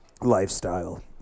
lifestyle